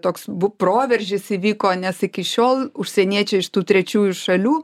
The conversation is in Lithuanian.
toks bu proveržis įvyko nes iki šiol užsieniečiai iš tų trečiųjų šalių